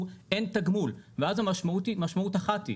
אין תגמול ואז המשמעות היא משמעות אחת,